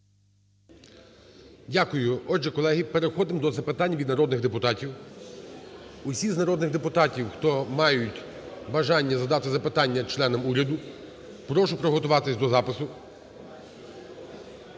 Дякую. Отже, колеги, переходимо до запитань від народних депутатів. Усі з народних депутатів, хто мають бажання задати запитання членам уряду, прошу приготуватись до запиту.